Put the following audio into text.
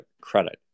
credit